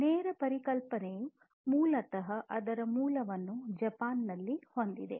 ನೇರ ಪರಿಕಲ್ಪನೆಯು ಮೂಲತಃ ಅದರ ಮೂಲವನ್ನು ಜಪಾನ್ನಲ್ಲಿ ಹೊಂದಿದೆ